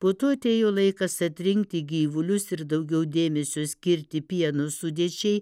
po to atėjo laikas atrinkti gyvulius ir daugiau dėmesio skirti pieno sudėčiai